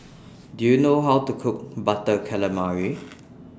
Do YOU know How to Cook Butter Calamari